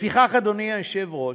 לפיכך, אדוני היושב-ראש,